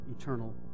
eternal